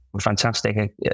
fantastic